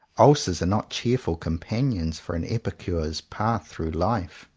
ulcers are not cheerful companions for an epicure's path through life.